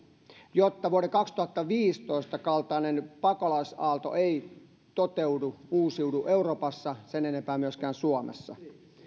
jotta vuoden kaksituhattaviisitoista kaltainen pakolaisaalto ei toteudu uusiudu euroopassa sen enempää myöskään suomessa